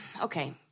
okay